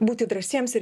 būti drąsiems ir